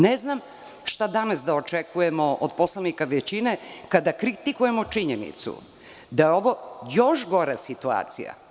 Ne znam šta danas da očekujemo od poslanika većine, kada kritikujemo činjenicu da je ovo još gora situacija.